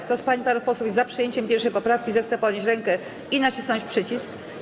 Kto z pań i panów posłów jest za przyjęciem 1. poprawki, zechce podnieść rękę i nacisnąć przycisk.